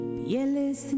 pieles